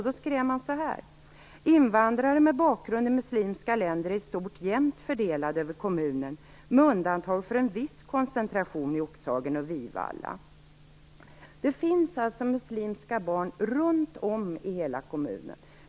Då skrev man så här: Invandrare med bakgrund i muslimska länder är i stort jämt fördelade över kommunen med undantag för en viss koncentration i Oxhagen och Vivalla. Det finns alltså muslimska barn runt om i hela kommunen.